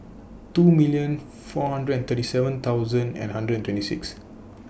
two million four hundred and thirty seven thousand and hundred and twenty six